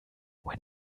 when